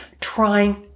trying